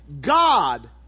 God